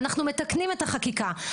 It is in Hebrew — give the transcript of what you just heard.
ואנחנו מתקנים את החקיקה.